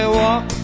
walk